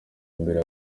mbere